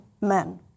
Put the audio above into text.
men